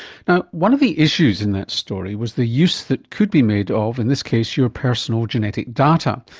now, one of the issues in that story was the use that could be made of in this case your personal genetic data.